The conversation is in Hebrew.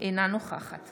אינה נוכחת